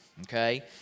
okay